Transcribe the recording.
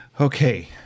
Okay